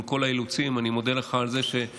עם כל האילוצים אני מודה לך על זה שייצרת,